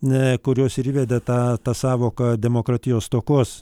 kurios ir įvedė tą tą sąvoką demokratijos stokos